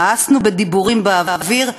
מאסנו בדיבורים באוויר.